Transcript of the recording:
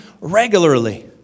regularly